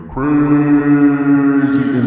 Crazy